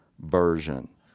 version